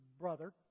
brother